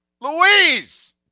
Louise